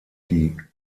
die